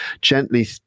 gently